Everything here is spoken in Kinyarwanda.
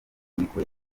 niko